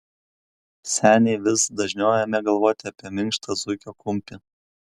seniai vis dažniau ėmė galvoti apie minkštą zuikio kumpį